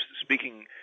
speaking